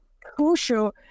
crucial